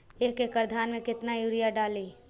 एक एकड़ धान मे कतना यूरिया डाली?